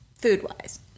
food-wise